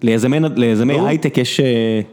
ליזמי, ליזמי הייטק יש...